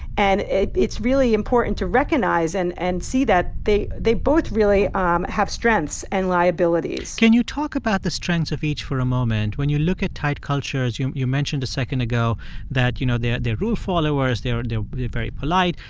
and it's really important to recognize and and see that they they both really um have strengths and liabilities can you talk about the strengths of each for a moment? when you look at tight cultures, you you mentioned a second ago that, you know, they're they're rule followers. they're and very polite.